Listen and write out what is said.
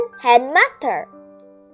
headmaster